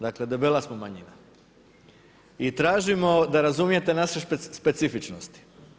Dakle, debela smo manjina i tražimo da razumijete naše specifičnosti.